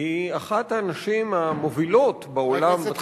היא אחת הנשים המובילות בעולם בתחום הזה,